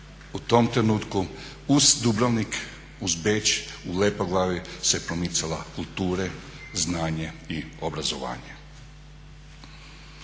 u tom trenutku uz Dubrovnik, uz Beč u Lepoglavi se promicala kultura, znanje i obrazovanje.